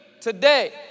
today